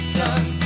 done